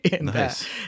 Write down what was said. Nice